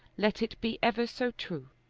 let it be ever so true.